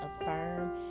affirm